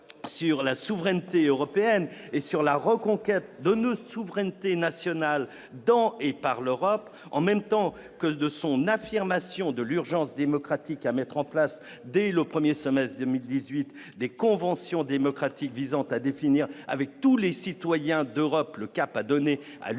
sur la souveraineté européenne et sur la reconquête de ne souveraineté nationale dans et par l'Europe en même temps que de son affirmation de l'urgence démocratique à mettre en place dès le 1er semestre 2018 des conventions démocratiques visant à définir avec tous les citoyens d'Europe, le cap à donner à l'Union